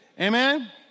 Amen